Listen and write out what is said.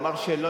הוא אמר שלא,